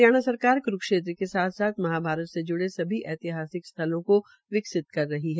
हरियाणा सरकार कुरूक्षेत्र के साथ साथ महाभारत से जुड़े सभी ऐतिहासिक स्थ्लों को विकसित कर रही है